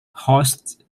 hosts